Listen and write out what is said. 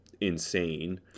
insane